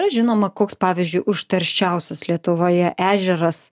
na žinoma koks pavyzdžiui užterščiausias lietuvoje ežeras